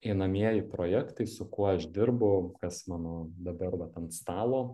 einamieji projektai su kuo aš dirbau kas mano dabar vat ant stalo